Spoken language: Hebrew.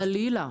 חלילה.